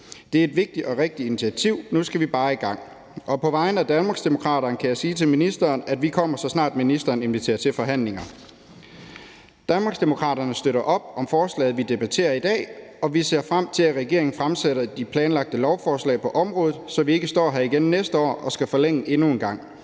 Det er et vigtigt og rigtigt initiativ; nu skal vi bare i gang. På vegne af Danmarksdemokraterne kan jeg sige til ministeren, at vi kommer, så snart ministeren inviterer til forhandlinger. Danmarksdemokraterne støtter op om forslaget, vi debatterer her, og vi ser frem til, at regeringen fremsætter de planlagte lovforslag på området, så vi ikke står her igen næste år og skal forlænge det endnu en gang.